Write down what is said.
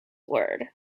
word